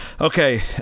Okay